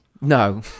No